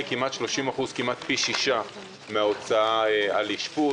היא כמעט 30% - כמעט פי ששה מההוצאה על אשפוז,